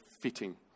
fitting